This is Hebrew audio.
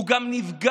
הוא גם נפגע,